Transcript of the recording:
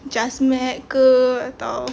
just met ke atau